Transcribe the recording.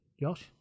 Josh